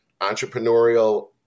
entrepreneurial